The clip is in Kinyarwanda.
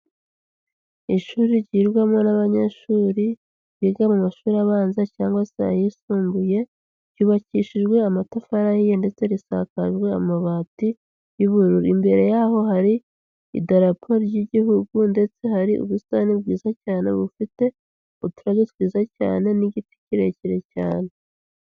Ishuri ryigwamo n'abanyeshuri biga mu mashuri abanza cyangwa se ayisumbuye, ryubakishijwe amatafari ahiye ndetse risakajwe amabati y'ubururu, imbere yaho hari idarapo ry'igihugu ndetse hari ubusitani bwiza cyane bufite, uturabyo twiza cyane n'igiti kirekire cyane.